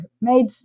made